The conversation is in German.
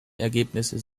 ergebnisse